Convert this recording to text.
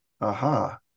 aha